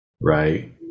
right